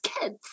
kids